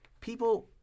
people